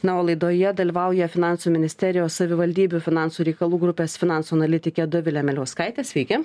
na o laidoje dalyvauja finansų ministerijos savivaldybių finansų reikalų grupės finansų analitikė dovilė miliauskaitė sveiki